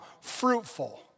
fruitful